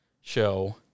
show